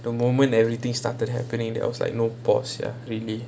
the moment everything started happening there was like no pause sia really